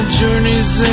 journey's